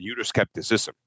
Euroscepticism